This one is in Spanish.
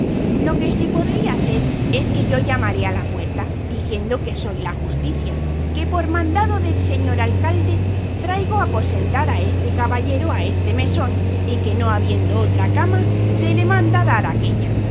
lo que se podrá hacer es que yo llamaré a la puerta diciendo que soy la justicia que por mandado del señor alcalde traigo a aposentar a este caballero a este mesón y que no habiendo otra cama se le manda dar aquélla